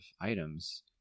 items